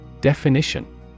Definition